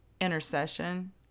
Intercession